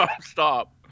Stop